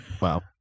Wow